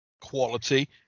Quality